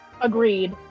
Agreed